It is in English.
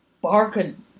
barking